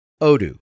Odoo